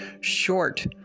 short